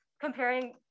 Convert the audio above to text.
comparing